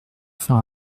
faire